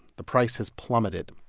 the price has plummeted.